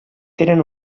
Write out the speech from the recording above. tenen